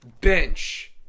bench